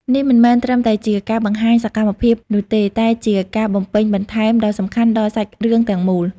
នេះមិនមែនត្រឹមតែជាការបង្ហាញសកម្មភាពនោះទេ តែជាការបំពេញបន្ថែមដ៏សំខាន់ដល់សាច់រឿងទាំងមូល។